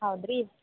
ಹೌದು ರೀ